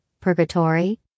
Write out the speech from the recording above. purgatory